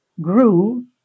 grew